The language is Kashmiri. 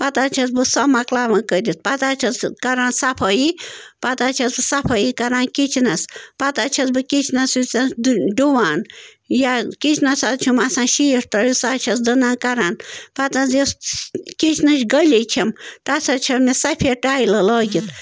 پتہٕ حظ چھَس بہٕ سۄ مۄکلاوان کٔرِتھ پتہٕ حظ چھَس کَران صفٲیی پتہٕ حظ چھَس بہٕ صفٲیی کَران کِچنَس پتہٕ حظ چھَس بہٕ کِچنَس وِچنَس ڈُوان یا کِچنَس حظ چھُم آسان شیٖٹ ترٛٲوِتھ سُہ حظ چھَس دٕنان کَران پتہٕ حظ یۄس کِچنٕچ گٔلی چھَم تَتھ حظ چھَو مےٚ سفید ٹایلہٕ لٲگِتھ